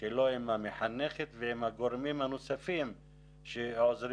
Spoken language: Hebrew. שלו עם המחנכת ועם הגורמים הנוספים שעוזרים